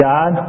God